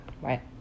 Right